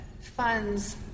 funds